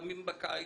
חמים בקיץ,